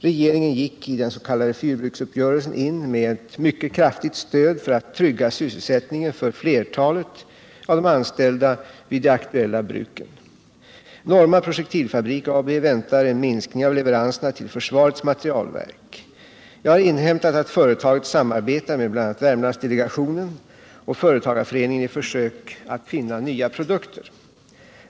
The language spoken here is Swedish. Regeringen gick i den s.k. fyrbruksuppgörelsen in med ett mycket kraftigt stöd för att trygga sysselsättningen för flertalet av de anställda vid de aktuella bruken. Norma Projektilfabrik AB väntar en minskning av leveranserna till försvarets materielverk. Jag har inhämtat att företaget samarbetar med bl.a. Värmlandsdelegationen och företagarföreningen i försök att finna nya produkter.